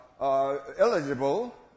eligible